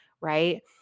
right